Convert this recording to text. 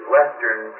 Western